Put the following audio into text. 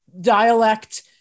dialect